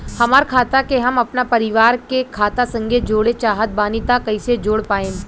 हमार खाता के हम अपना परिवार के खाता संगे जोड़े चाहत बानी त कईसे जोड़ पाएम?